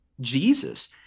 Jesus